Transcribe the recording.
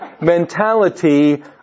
mentality